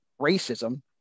racism